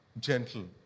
gentle